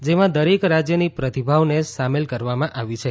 જેમાં દરેક રાજ્યની પ્રતીભાઓને સામેલ કરવામાં આવી છે